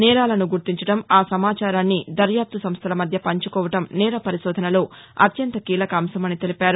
నేరాలను గుర్తించడం ఆ సమాచారాన్ని దర్యాప్తు సంస్దల మధ్య పంచుకోవడం నేర పరిశోధనలో అత్యంత కీలక అంశమని తెలిపారు